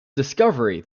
discovery